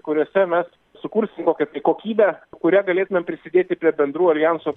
kuriuose mes sukursim kokią tai kokybę kuria galėtumėm prisidėti prie bendrų aljanso